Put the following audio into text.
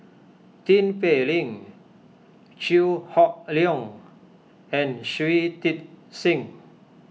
Tin Pei Ling Chew Hock Leong and Shui Tit Sing